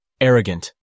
Arrogant